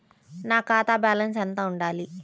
నా ఖాతా బ్యాలెన్స్ ఎంత ఉండాలి?